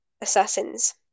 assassins